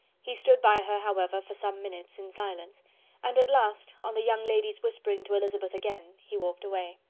he stood by her, however, for some minutes, in silence and, at last, on the young lady's whispering to elizabeth again, he walked away.